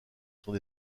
sont